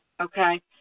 Okay